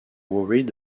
worried